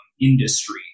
industry